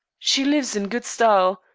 she lives in good style,